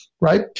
right